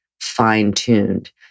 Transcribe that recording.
fine-tuned